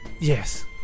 yes